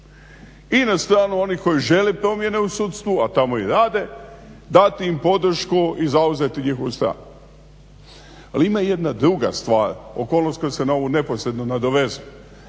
i na stranu onih koje žele promijene u sudstvu a tamo i rade, dati im podršku i zauzeti njihov stav. Ali ima jedna druga stvar okolnost koja se neposredno na ovu